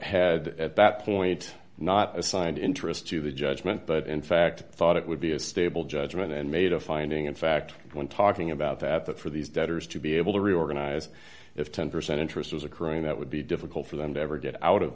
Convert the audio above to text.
had at that point not assigned interest to the judgment but in fact thought it would be a stable judgment and made a finding of fact when talking about that that for these debtors to be able to reorganize if ten percent interest was occurring that would be difficult for them to ever get out of